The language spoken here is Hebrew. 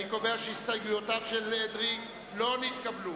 אני קובע שהסתייגויותיו של חבר הכנסת אדרי לא נתקבלו.